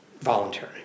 voluntary